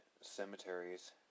cemeteries